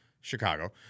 Chicago